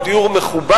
הוא דיור מכובד.